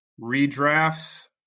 redrafts